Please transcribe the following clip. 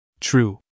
True